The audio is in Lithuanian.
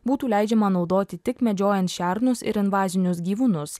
būtų leidžiama naudoti tik medžiojant šernus ir invazinius gyvūnus